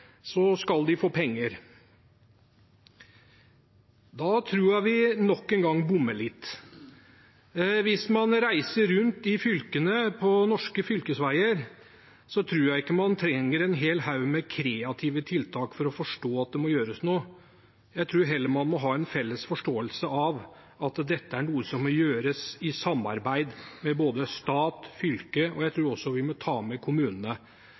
nok en gang. Hvis man reiser rundt i fylkene på norske fylkesveier, tror jeg ikke man trenger en hel haug med kreative tiltak for å forstå at det må gjøres noe. Jeg tror heller man må ha en felles forståelse av at dette er noe som må gjøres i samarbeid med både stat og fylke, og jeg tror også vi må ta med kommunene